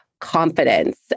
confidence